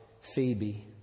Phoebe